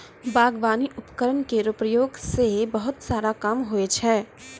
बागबानी उपकरण केरो प्रयोग सें बहुत सारा काम होय छै